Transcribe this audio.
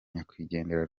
nyakwigendera